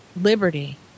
liberty